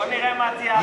בוא נראה מה תהיה ההחלטה,